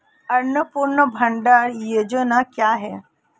अन्नपूर्णा भंडार योजना क्या है?